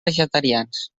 vegetarians